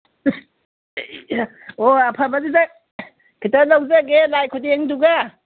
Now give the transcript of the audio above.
ꯑꯣ ꯑꯐꯕꯗꯨꯗ ꯈꯤꯇ ꯂꯧꯖꯒꯦ ꯂꯥꯏ ꯈꯨꯗꯦꯡꯗꯨꯒ